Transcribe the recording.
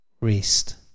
rest